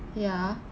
ya